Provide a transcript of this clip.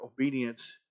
obedience